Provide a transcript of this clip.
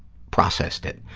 processed it.